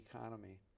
economy